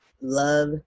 love